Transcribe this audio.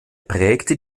prägte